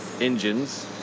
engines